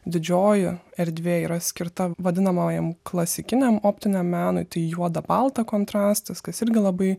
didžioji erdvė yra skirta vadinamajam klasikiniam optiniam menui tai juoda balta kontrastas kas irgi labai